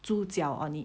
猪脚 on it